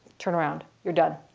turn around. you're done.